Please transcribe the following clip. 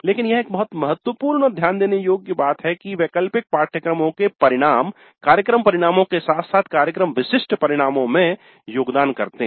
लेकिन यह बहुत महत्वपूर्ण और ध्यान देने योग्य है कि वैकल्पिक पाठ्यक्रमों के परिणाम कार्यक्रम परिणामों के साथ साथ कार्यक्रम विशिष्ट परिणामों में योगदान करते हैं